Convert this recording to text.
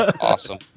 Awesome